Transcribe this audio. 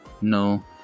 No